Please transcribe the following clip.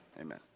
amen